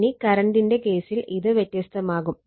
ഇനി കറണ്ടിന്റെ കേസിൽ ഇത് വ്യത്യസ്തമാകും